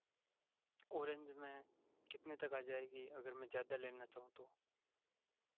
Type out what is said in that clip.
orange में कितने तक आ जाएगी अगर मैं लेना चाहूँ तो